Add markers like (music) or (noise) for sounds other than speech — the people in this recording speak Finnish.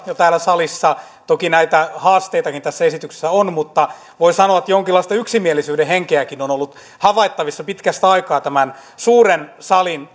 jo täällä salissa toki näitä haasteitakin tässä esityksessä on mutta voi sanoa että jonkinlaista yksimielisyyden henkeäkin on ollut havaittavissa pitkästä aikaa tämän suuren salin (unintelligible)